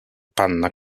panna